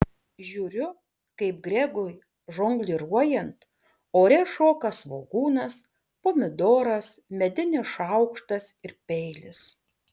žiūriu kaip gregui žongliruojant ore šoka svogūnas pomidoras medinis šaukštas ir peilis